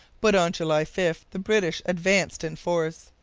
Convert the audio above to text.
but on july five the british advanced in force.